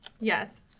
yes